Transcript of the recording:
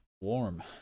warm